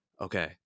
okay